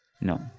No